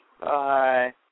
Bye